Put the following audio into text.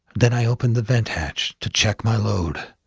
then i opened the vent hatch to check my load.